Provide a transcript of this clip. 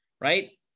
right